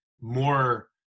more